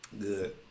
Good